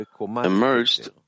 emerged